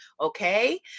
okay